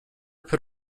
put